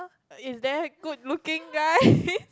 is there good looking guy